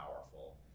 powerful